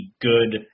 good